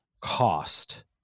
cost